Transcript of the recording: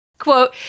Quote